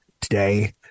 Today